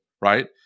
Right